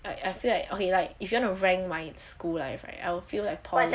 I feel like okay like if you want to rate my school right I will feel like poly